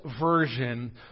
version